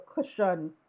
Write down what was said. cushion